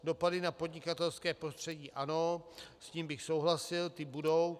Dopady na podnikatelské prostředí ano, s tím bych souhlasil, ty budou.